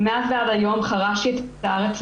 אני מעריכה שמעל 95%,